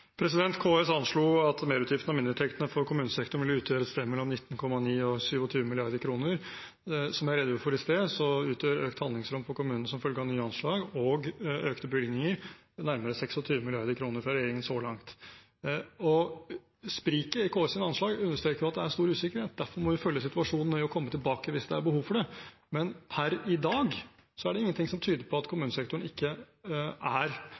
KS anslo at merutgiftene og mindreinntektene for kommunesektoren ville utgjøre et sted mellom 19,9 mrd. kr og 27 mrd. kr. Som jeg redegjorde for i sted, utgjør økt handlingsrom for kommunene som følge av nye anslag og økte bevilgninger nærmere 26 mrd. kr fra regjeringen så langt. Spriket i KS’ anslag understreker jo at det er en stor usikkerhet, derfor må vi følge situasjonen nøye og komme tilbake hvis det er behov for det. Men per i dag er det ingenting som tyder på at kommunesektoren ikke er